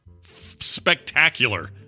spectacular